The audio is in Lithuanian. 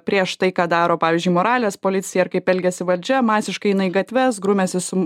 prieš tai ką daro pavyzdžiui moralės policija ir kaip elgiasi valdžia masiškai eina į gatves grumiasi su